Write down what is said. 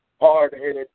hard-headed